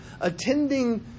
attending